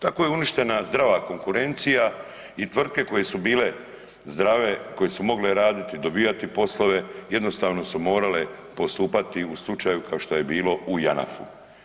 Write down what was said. Tako je uništena zdrava konkurencija i tvrtke koje su bile zdrave, koje su mogle raditi, dobivati poslove jednostavno su morale postupati u slučaju kao što je bilo u JANAF-u.